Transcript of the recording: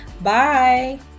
bye